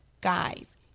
Guys